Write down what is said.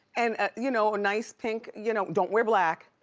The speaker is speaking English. and a you know nice, pink, you know don't wear black.